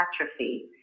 atrophy